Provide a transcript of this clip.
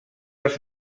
els